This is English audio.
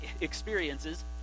experiences